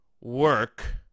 work